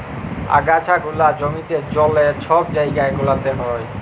আগাছা গুলা জমিতে, জলে, ছব জাইগা গুলাতে হ্যয়